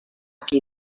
qui